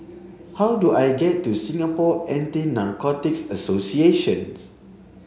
how do I get to Singapore Anti Narcotics Associations